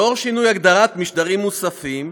לאור שינוי הגדרת "משדרים מוספים",